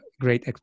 great